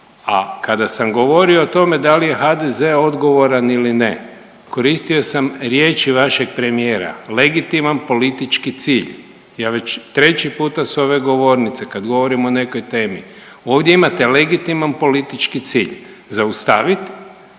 A kada sam govorio o tome da li je HDZ odgovoran ili ne, koristio sam riječi vašeg premijera legitiman politički cilj. ja već treći puta s ove govornice kad govorimo o nekoj temi ovdje imate legitiman politički cilj zaustavit